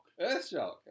Earthshock